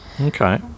okay